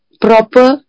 proper